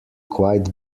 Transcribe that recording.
quite